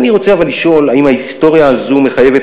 אבל אני רוצה לשאול אם ההיסטוריה הזו מחייבת